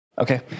Okay